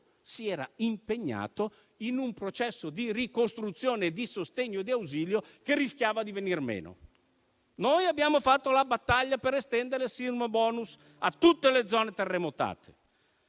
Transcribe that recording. si era impegnato in un processo di ricostruzione, di sostegno e di ausilio, che rischiava però di venir meno. Noi abbiamo fatto la battaglia per estendere il sismabonus a tutte le zone terremotate.